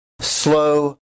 Slow